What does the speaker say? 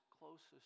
closest